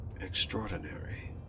Extraordinary